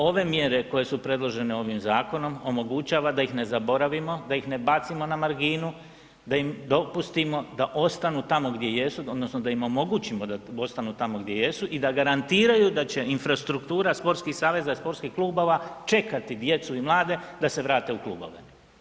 Ove mjere koje su predložene ovim zakonom omogućava da ih ne zaboravimo, da ih ne bacimo na marginu, da im dopustimo da ostanu tamo gdje jesu odnosno da im omogućimo da ostanu tamo gdje jesu i da garantiraju da će infrastruktura sportskih saveza i sportskih klubova čekati djecu i mlade da se vrate u klubove.